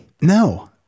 No